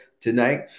tonight